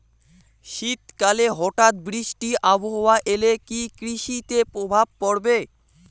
শীত কালে হঠাৎ বৃষ্টি আবহাওয়া এলে কি কৃষি তে প্রভাব পড়বে?